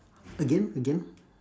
again again